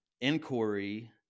inquiry